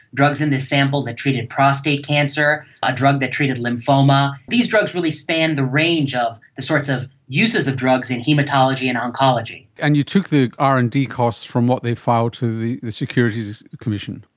drugs in this sample that treated prostate cancer, a drug that treated lymphoma. these drugs really spanned the range of the sorts of uses of drugs in haematology and oncology. and you took the r and d costs from what they filed to the securities commission.